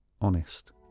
honest